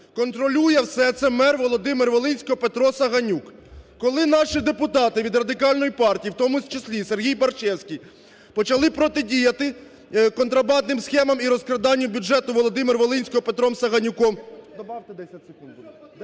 Контролює все це мер Володимир-Волинського Петро Саганюк. Коли наші депутати від Радикальної партії, в тому числі Сергій Барщевський, почали протидіяти контрабандним схемам і розкраданню бюджету Володимир-Волинського Петром Саганюком…